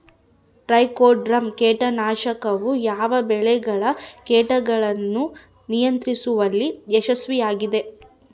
Trichoderma ಕೇಟನಾಶಕವು ಯಾವ ಬೆಳೆಗಳ ಕೇಟಗಳನ್ನು ನಿಯಂತ್ರಿಸುವಲ್ಲಿ ಯಶಸ್ವಿಯಾಗಿದೆ?